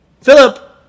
Philip